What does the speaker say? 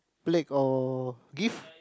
plaque or give